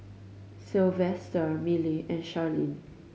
Sylvester Milly and Charline